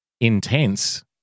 intense